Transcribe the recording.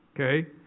okay